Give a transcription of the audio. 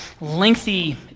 lengthy